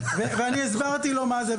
אני הסברתי לו מה זה,